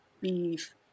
beef